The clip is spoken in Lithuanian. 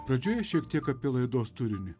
pradžioje šiek tiek apie laidos turinį